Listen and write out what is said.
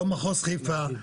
לא מחוז חיפה,